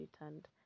returned